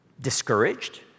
discouraged